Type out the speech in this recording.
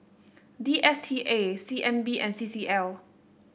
D S T A C N B and C C L